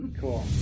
Cool